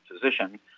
physician